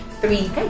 three